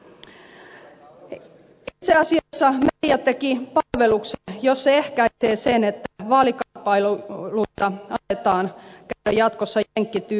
itse asiassa media teki palveluksen jos se ehkäisee sen että vaalikamppailuita aletaan käydä jatkossa jenkkityyliin